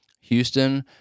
Houston